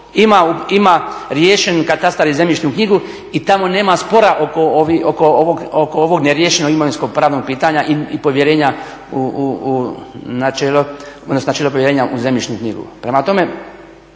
ima riješen katastar i zemljišnu knjigu i tamo nema spora oko ovog neriješenog imovinsko-pravnog pitanja i povjerenja odnosno načelo povjerenja u zemljišnu knjigu. Prema tome,